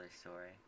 story